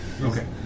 Okay